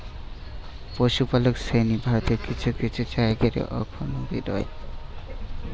পশুপালক শ্রেণী ভারতের কিছু কিছু জায়গা রে অখন বি রয়